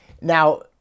Now